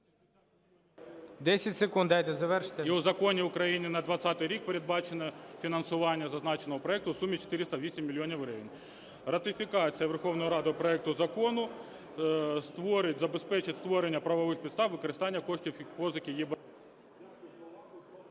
10 секунд дайте завершити.